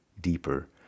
deeper